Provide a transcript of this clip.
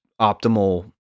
optimal